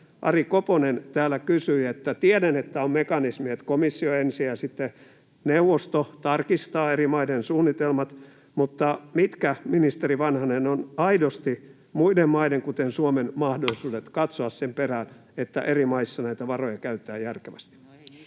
Ari Koponen täällä kysyi. Tiedän, että on mekanismi, että ensin komissio ja sitten neuvosto tarkistavat eri maiden suunnitelmat, mutta mitkä, ministeri Vanhanen, ovat aidosti muiden maiden, kuten Suomen, mahdollisuudet katsoa sen perään, että eri maissa näitä varoja käytetään järkevästi?